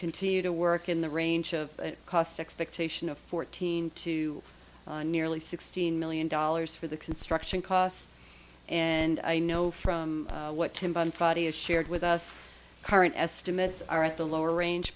continue to work in the range of cost expectation of fourteen to nearly sixteen million dollars for the construction costs and i know from what tim bunfight is shared with us current estimates are at the lower range